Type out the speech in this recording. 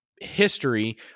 history